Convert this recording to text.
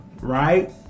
right